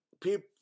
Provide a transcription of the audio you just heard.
people